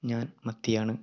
ഞാൻ മത്തിയാണ്